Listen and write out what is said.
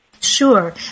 Sure